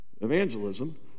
evangelism